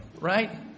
Right